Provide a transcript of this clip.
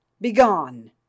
Begone